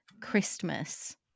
Christmas